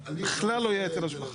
אני לא צוחק.